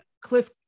Cliff